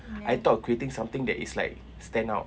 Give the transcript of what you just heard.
I thought of creating something that is like stand out